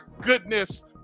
goodness